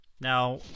Now